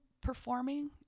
performing